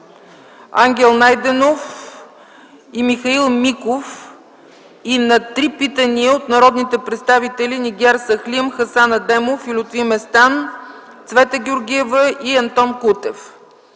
Ангел Найденов и Михаил Миков, и на три питания от народните представители Нигяр Сахлим, Хасан Адемов и Лютви Местан; Цвета Георгиева; и Антон Кутев.